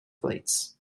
flights